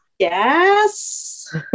Yes